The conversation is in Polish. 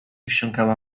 wsiąkała